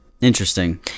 interesting